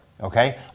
okay